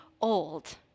old